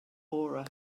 aura